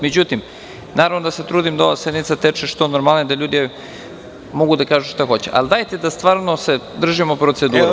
Međutim, naravno da se trudim da ova sednica teče što normalnije, da ljudi mogu da kažu šta žele, ali dajte da se stvarno držimo procedure.